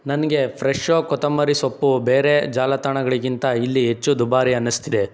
ನನಗೆ ಫ್ರೆಶೋ ಕೊತ್ತಂಬರಿ ಸೊಪ್ಪು ಬೇರೆ ಜಾಲತಾಣಗಳಿಗಿಂತ ಇಲ್ಲಿ ಹೆಚ್ಚು ದುಬಾರಿ ಅನ್ನಿಸ್ತಿದೆ